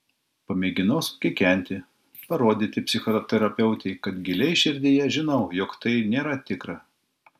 pamėginau sukikenti parodyti psichoterapeutei kad giliai širdyje žinau jog tai nėra tikra